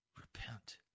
Repent